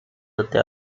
até